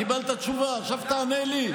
קיבלת תשובה, עכשיו תענה לי.